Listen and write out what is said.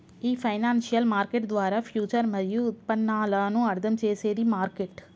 ఈ financial market ద్వారా future మరియు ఉత్పన్నాలను అర్థం చేసేది మార్కెట్